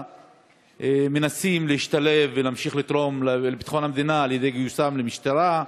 מנסים להשתלב ולתרום לביטחון המדינה על-ידי גיוסם למשטרה,